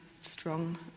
strong